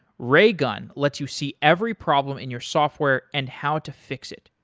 raygun lets you see every problem in your software and how to fix it.